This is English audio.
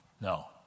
No